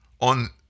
on